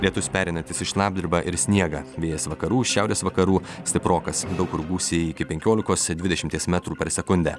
lietus pereinantis į šlapdribą ir sniegą vėjas vakarų šiaurės vakarų stiprokas daug kur gūsiai iki penkiolikos dvidešimties metrų per sekundę